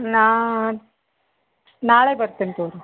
ನಾನು ನಾಳೆ ಬರ್ತೀನಿ ಕೊಡಿ